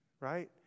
Right